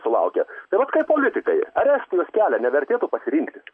sulaukęs tai vat kaip politikai ar estijos kelio nevertėtų pasirinkti